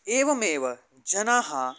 एवमेव जनाः